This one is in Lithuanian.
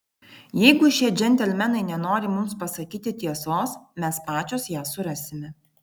jeigu šie džentelmenai nenori mums pasakyti tiesos mes pačios ją surasime